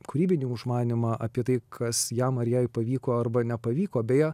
kūrybinį užmanymą apie tai kas jam ar jai pavyko arba nepavyko beje